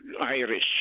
Irish